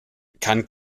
kann